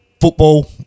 football